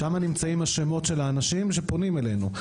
שם נמצאים השמות של האנשים שפונים אלינו,